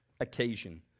occasion